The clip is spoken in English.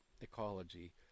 ecology